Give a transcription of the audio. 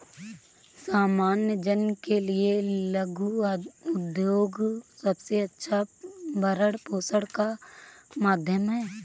सामान्य जन के लिये लघु उद्योग सबसे अच्छा भरण पोषण का माध्यम है